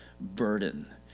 burden